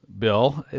bill.